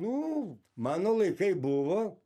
nu mano laikai buvo